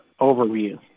overview